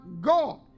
God